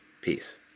peace